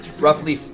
roughly